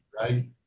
right